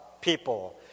people